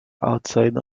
outside